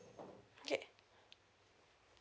okay